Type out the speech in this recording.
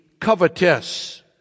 covetous